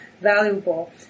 valuable